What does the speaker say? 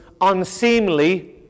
unseemly